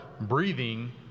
breathing